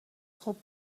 خوب